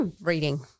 reading